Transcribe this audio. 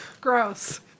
Gross